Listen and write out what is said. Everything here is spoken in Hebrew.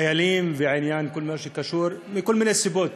חיילים וכל מה שקשור לזה, מכל מיני סיבות,